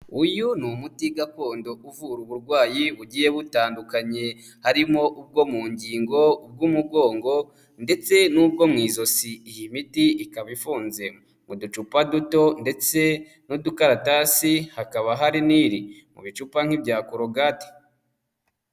Uyu ni umuti gakondo uvura uburwayi bugiye butandukanye, harimo ubwo mu ngingo, ubw'umugongo, ndetse n'ubwo mu izosi, iyi miti ikaba ifunze mu ducupa duto, ndetse n'udukaratasi, hakaba hari n'iri mu bicupa nk'ibya korogati.